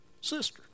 sister